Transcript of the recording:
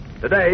Today